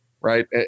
right